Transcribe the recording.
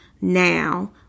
now